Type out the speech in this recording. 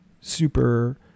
super